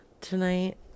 tonight